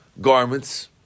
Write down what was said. garments